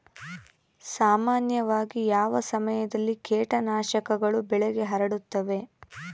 ಸಾಮಾನ್ಯವಾಗಿ ಯಾವ ಸಮಯದಲ್ಲಿ ಕೇಟನಾಶಕಗಳು ಬೆಳೆಗೆ ಹರಡುತ್ತವೆ?